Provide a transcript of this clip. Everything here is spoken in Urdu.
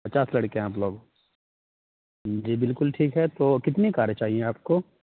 پچاس لڑکے ہیں آپ لوگ جی بالکل ٹھیک ہے تو کتنی کاریں چاہیے آپ کو